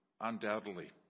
undoubtedly